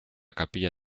capilla